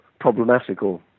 problematical